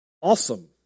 Awesome